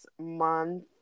month